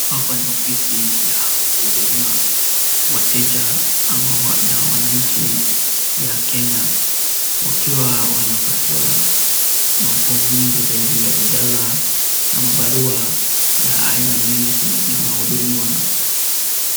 Ofisi ya kuhudumia wateja ama wananchi wa Kenya, wakiwa wanapatiwa ma form mengi zaidi ya kujaza ama barua ya aina nyingi na unahudumiwa...